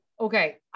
okay